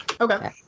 Okay